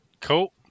Cool